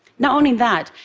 not only that,